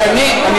שנים שנים.